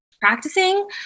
practicing